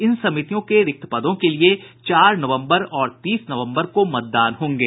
इन समितियों के रिक्त पदों के लिए चार नवम्बर और तीस नवम्बर को मतदान होंगे